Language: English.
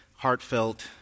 heartfelt